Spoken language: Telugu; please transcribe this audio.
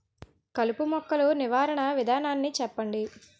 కలుపు మొక్కలు నివారణ విధానాన్ని చెప్పండి?